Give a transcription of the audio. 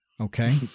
Okay